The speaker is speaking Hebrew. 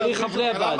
כי צריך חברי ועדה.